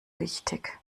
wichtig